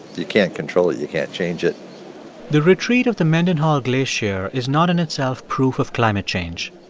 you can't control it. you can't change it the retreat of the mendenhall glacier is not in itself proof of climate change.